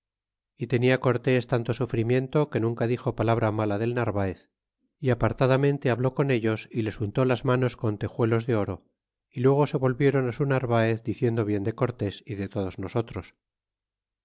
y tenia cortés tanto sufrimiento que nunca dixo palabra mala del narvaez é apartadamente habló con ellos y les untó las manos con tejuelos de oro y luego se volviéron á su narvaez diciendo bien de cortés y de todos nosotros